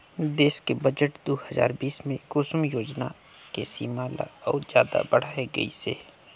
देस के बजट दू हजार बीस मे कुसुम योजना के सीमा ल अउ जादा बढाए गइसे